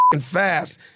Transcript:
fast